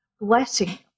blessing